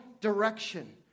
direction